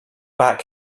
back